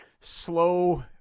slow